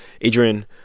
Adrian